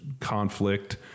conflict